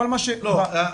כל מה ש- -- אמרת,